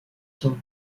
sont